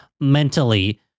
mentally